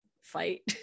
fight